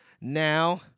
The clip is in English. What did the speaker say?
Now